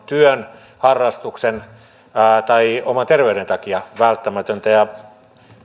työn harrastuksen tai oman terveyden takia välttämätöntä ja